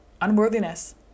Unworthiness